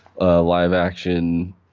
live-action